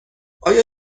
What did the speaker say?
آیا